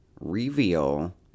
reveal